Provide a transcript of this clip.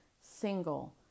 single